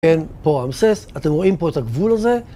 כן, פה ההמסס, אתם רואים פה את הגבול הזה.